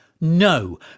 No